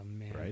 Right